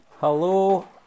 Hello